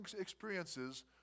experiences